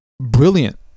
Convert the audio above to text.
Brilliant